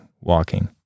walking